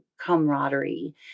camaraderie